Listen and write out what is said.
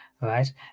right